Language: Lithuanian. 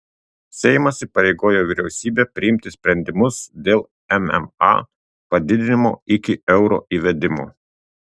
seimas įpareigojo vyriausybę priimti sprendimus dėl mma padidinimo iki euro įvedimo